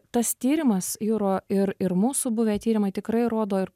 tas tyrimas juro ir ir mūsų buvę tyrimai tikrai rodo ir